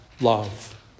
love